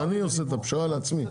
זה אני עושה את הפשרה לעצמי.